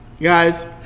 Guys